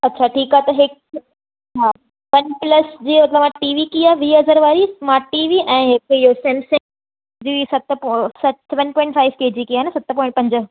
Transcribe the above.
अच्छा ठीकु आहे त हिकु हा वन प्लस जी तव्हां टी वी कीअं वींह हज़ार वारी स्मार्ट टी वी ऐं हिकु इहो सेमसंग जी सत सत वन पॉइंट फाइव के जी की है न सत पॉइंट पंज